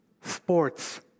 sports